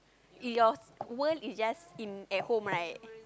your world is just in at home right